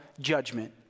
judgment